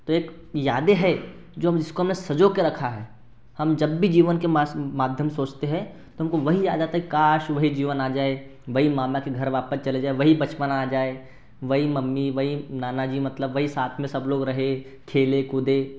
तो एक यादें हैं जिसको हमने सजों के रखा है हम जब भी जीवन के मास माध्यम सोचते हैं तो हमको वही याद आता है कि काश वही जीवन आ जाए वही मामा के घर वापस चले जाएँ वही बचपना आ जाए वही मम्मी वही नानाजी मतलब वही साथ में सब लोग रहें खेलें कूदें